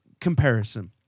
comparison